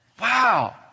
Wow